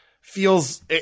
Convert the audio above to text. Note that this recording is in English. feels –